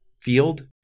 field